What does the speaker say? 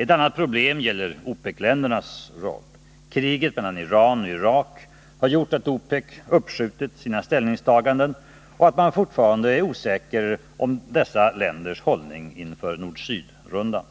Ett annat problem gäller OPEC-ländernas roll. Kriget mellan Iran och Irak har gjort att OPEC uppskjutit sina ställningstaganden och att man fortfarande är osäker om dessa länders hållning inför nord-sydrundan.